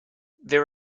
there